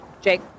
Jake